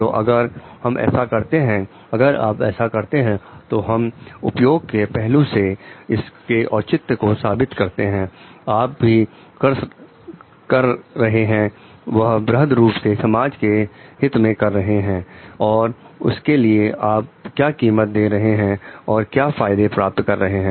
तो अगर हम ऐसा करते हैं अगर आप ऐसा करते हैं तो हमउपयोग के पहलू से इसके औचित्य को साबित करते हैं आप जो कुछ भी कर रहे हैं वह बृहद रूप से समाज के हित में कर रहे हैं और उसके लिए आप क्या कीमत दे रहे हैं और क्या फायदे प्राप्त कर रहे हैं